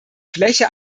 fläche